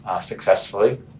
successfully